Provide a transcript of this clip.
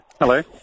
Hello